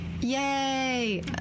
Yay